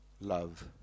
Love